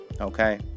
okay